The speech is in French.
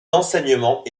d’enseignement